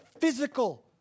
physical